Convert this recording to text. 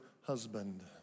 husband